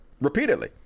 repeatedly